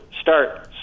start